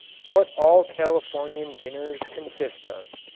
what all californian dinners consist of